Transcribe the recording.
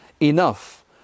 enough